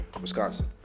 Wisconsin